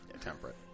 Temperate